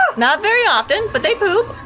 ah not very often, but they poop.